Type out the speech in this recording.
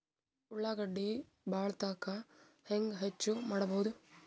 ಉಳ್ಳಾಗಡ್ಡಿ ಬಾಳಥಕಾ ಹೆಂಗ ಹೆಚ್ಚು ಮಾಡಬಹುದು?